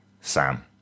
Sam